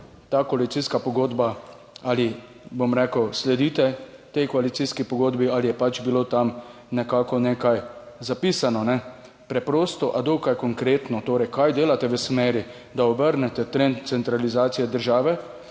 ta koalicijska pogodba, ali sledite tej koalicijski pogodbi ali je pač bilo tam nekako nekaj zapisano. Preprosto, a dokaj konkretno: Kaj delate v smeri, da obrnete trend centralizacije države